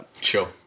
Sure